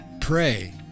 Pray